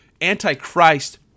anti-christ